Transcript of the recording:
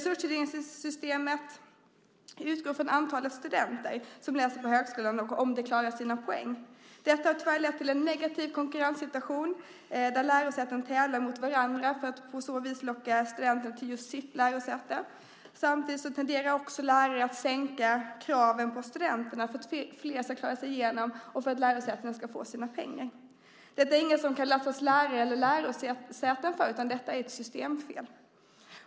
Resurstilldelningssystemet utgår från antalet studenter som läser på högskolan och om de klarar sina poäng. Detta har tyvärr lett till en negativ konkurrenssituation, där lärosäten tävlar mot varandra för att på så vis locka studenter till just sitt lärosäte. Samtidigt tenderar lärare att sänka kraven på studenterna för att fler ska klara sig igenom och för att lärosätena ska få sina pengar. Detta är inget som man kan lasta lärare eller lärosäten för, utan det är ett systemfel.